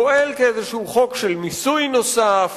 פועל כאיזה חוק של מיסוי נוסף